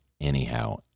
anyhow